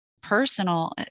personal